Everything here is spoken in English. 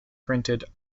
printed